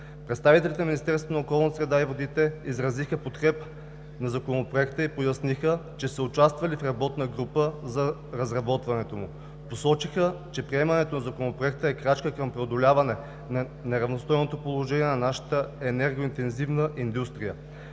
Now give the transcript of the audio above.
среда и водите изразиха подкрепа за Законопроекта и поясниха, че са участвали в работната група за разработването му. Посочиха, че приемането на Законопроекта е крачка към преодоляване на неравностойното положение на нашата енергоинтензивна индустрия,